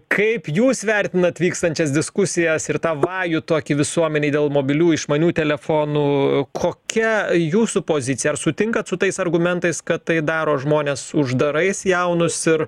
kaip jūs vertinat vykstančias diskusijas ir tą vajų tokį visuomenėj dėl mobilių išmanių telefonų kokia jūsų pozicija ar sutinkat su tais argumentais kad tai daro žmones uždarais jaunus ir